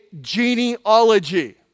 genealogy